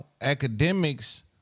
academics